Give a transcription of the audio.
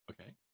Okay